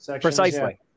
Precisely